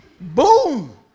Boom